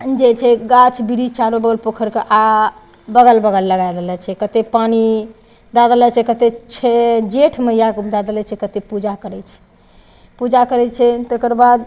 जे छै गाछ बृक्ष अगल बगल पोखरिके आ बगल बगल लगाय देने छै कते पानि दऽ देने छै कतेक छै जेठ मइयाके दऽ देने छै कते पूजा करै छै पूजा करै छै तकरबाद